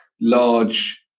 large